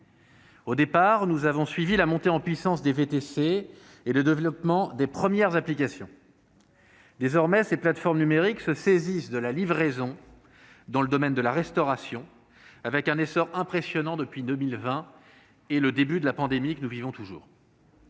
Au départ, nous avons suivi la montée en puissance des VTC et le développement des premières applications. Depuis lors, les plateformes numériques se sont saisies de la livraison dans le domaine de la restauration. Elles connaissent un essor impressionnant depuis 2020 et le début de la pandémie que nous vivons toujours.